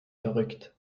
verrückt